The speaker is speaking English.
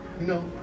No